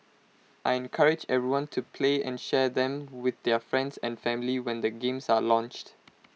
I encourage everyone to play and share them with their friends and family when the games are launched